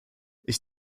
ich